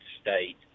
state